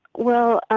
well,